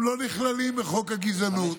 הם לא נכללים בחוק הגזענות.